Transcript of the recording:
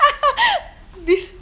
this